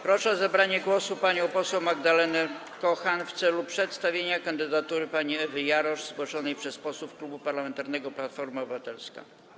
Proszę o zabranie głosu panią poseł Magdalenę Kochan w celu przedstawienia kandydatury pani Ewy Jarosz zgłoszonej przez posłów Klubu Parlamentarnego Platforma Obywatelska.